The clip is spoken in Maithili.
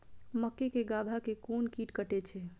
मक्के के गाभा के कोन कीट कटे छे?